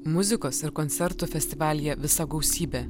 muzikos ir koncertų festivalyje visa gausybė